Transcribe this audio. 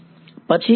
વિદ્યાર્થી પછી